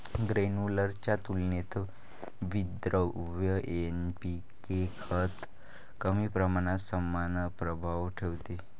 granular च्या तुलनेत विद्रव्य एन.पी.के खत कमी प्रमाणात समान प्रभाव ठेवते